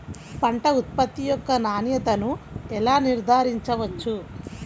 పంట ఉత్పత్తి యొక్క నాణ్యతను ఎలా నిర్ధారించవచ్చు?